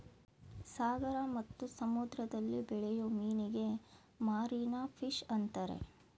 ಸಾಗರ ಮತ್ತು ಸಮುದ್ರದಲ್ಲಿ ಬೆಳೆಯೂ ಮೀನಿಗೆ ಮಾರೀನ ಫಿಷ್ ಅಂತರೆ